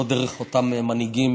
לא דרך אותם מנהיגים,